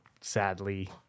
Sadly